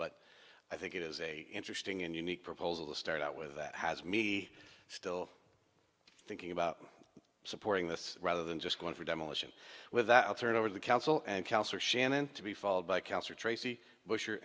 but i think it is a interesting and unique proposal to start out with that has me still thinking about supporting this rather than just going for demolition with that i'll turn over the council and counselor shannon to be followed by counselor tracy bu